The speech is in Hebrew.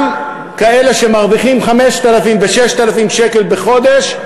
גם כאלה שמרוויחים 5,000 ו-6,000 שקל בחודש,